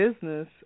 business